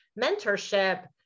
mentorship